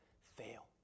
fail